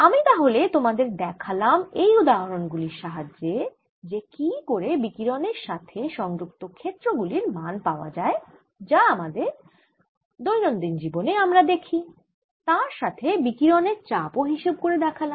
আমি তাহলে তোমাদের দেখালাম এই উদাহরণ গুলির সাহায্যে যে কি করে বিকিরণের সাথে সংযুক্ত ক্ষেত্র গুলির মান পাওয়া যায় যা আমরা আমাদের দৈনন্দিন জীবনে দেখি তার সাথে বিকিরণের চাপ ও হিসেব করে দেখালাম